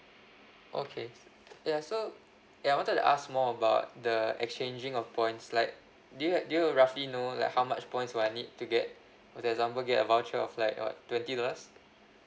okay ya so ya I wanted to ask more about the exchanging of points like do you ha~ do you roughly know like how much points will I need to get for example get a voucher of like [what] twenty dollars